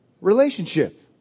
relationship